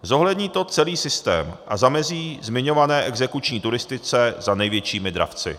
Zohlední to celý systém a zamezí zmiňované exekuční turistice za největšími dravci.